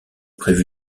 prévu